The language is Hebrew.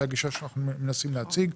זו הגישה שאנחנו מנסים להציג.